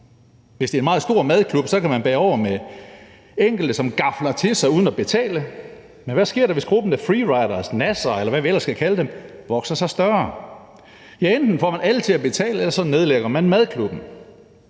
Hvis det er en meget stor madklub, kan man bære over med enkelte, som gafler til sig uden at betale, men hvad sker der, hvis gruppen af free riders, nassere, eller hvad vi ellers kan kalde dem, vokser sig større? Ja, enten får man alle til at betale, eller også nedlægger man madklubben.